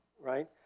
right